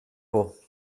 por